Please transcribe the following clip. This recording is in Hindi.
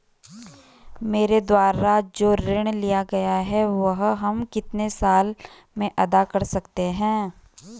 मेरे द्वारा जो ऋण लिया गया है वह हम कितने साल में अदा कर सकते हैं?